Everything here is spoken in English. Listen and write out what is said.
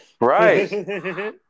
right